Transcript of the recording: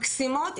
מקסימות,